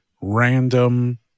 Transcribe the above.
random